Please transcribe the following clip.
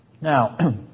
Now